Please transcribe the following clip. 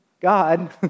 God